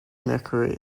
mercury